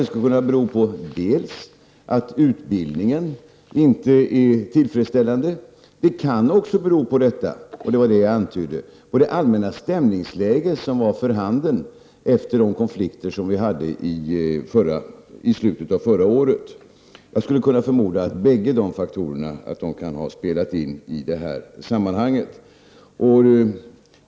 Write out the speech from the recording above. Det skulle kunna bero dels på att utbildningen inte är tillfredsställande, dels på det allmänna stämningsläget efter konflikten i slutet av förra året. Jag förmodar att bägge de faktorerna har spelat in i det här sammanhanget.